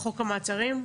לחוק המעצרים?